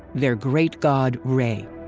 their great god re.